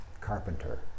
carpenter